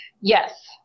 yes